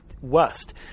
West